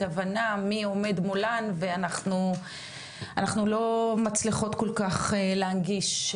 הבנה של מי עומד מולן ואנחנו לא מצליחות כל כך להנגיש.